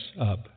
up